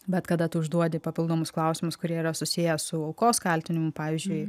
bet kada užduodi papildomus klausimus kurie yra susiję su aukos kaltinimu pavyzdžiui